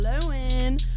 blowing